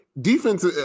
defense